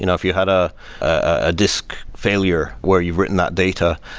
you know if you had a ah disk failure where you've written that data.